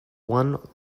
one